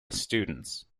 students